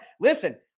Listen